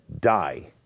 Die